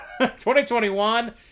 2021